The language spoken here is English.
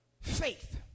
faith